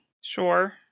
sure